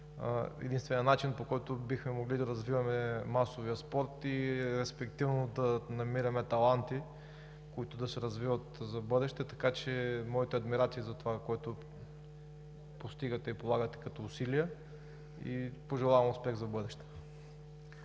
единственият начин, по който бихме могли да развиваме масовия спорт и респективно да намираме таланти, които да се развиват за в бъдеще. Така че моите адмирации за това, което постигате и полагате като усилия, и Ви пожелавам успех за в бъдеще.